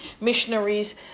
missionaries